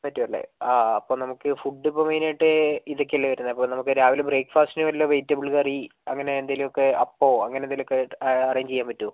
പറ്റുമല്ലേ ആ അപ്പോൾ നമുക്ക് ഫുഡ് ഇപ്പോൾ മെയിൻ ആയിട്ട് ഇതൊക്കെ അല്ലേ വരുന്നത് അപ്പോൾ നമുക്ക് രാവിലെ ബ്രേക്ഫാസ്റ്റിന് വല്ല വെജിറ്റബിൾ കറി അങ്ങനെ എന്തെങ്കിലുമൊക്കെ അപ്പമോ അങ്ങനെ എന്തെങ്കിലുമൊക്കെ അറേഞ്ച് ചെയ്യാൻ പറ്റുമോ